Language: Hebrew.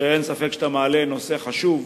אין ספק שאתה מעלה נושא חשוב,